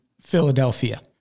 Philadelphia